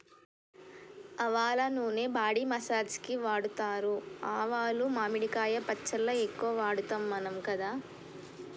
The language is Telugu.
ఆవల నూనె బాడీ మసాజ్ కి వాడుతారు ఆవాలు మామిడికాయ పచ్చళ్ళ ఎక్కువ వాడుతాం మనం కదా